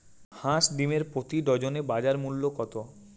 হাঁস ডিমের প্রতি ডজনে বাজার মূল্য কত?